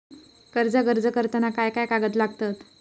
कर्जाक अर्ज करताना काय काय कागद लागतत?